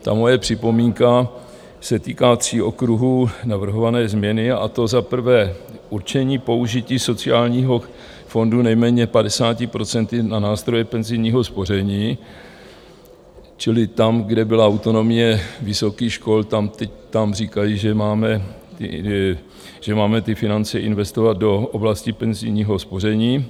Ta moje připomínka se týká tří okruhů navrhované změny, a to za prvé určení použití sociálního fondu nejméně 50 % na nástroje penzijního spoření, čili tam, kde byla autonomie vysokých škol, tam říkají, že máme ty finance investovat do oblasti penzijního spoření.